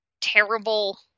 terrible